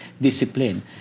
discipline